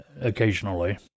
occasionally